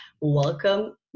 Welcome